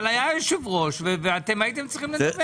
אבל היה יושב-ראש, והייתם צריכים לדווח.